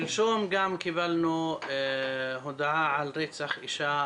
שלשום קיבלנו הודעה על רצח אישה,